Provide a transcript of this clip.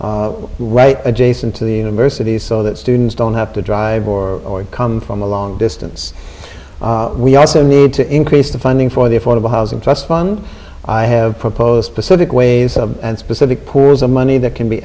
right adjacent to the university so that students don't have to drive or come from a long distance we also need to increase the funding for the affordable housing trust fund i have proposed pacific ways and specific poor is a money that can be